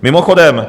Mimochodem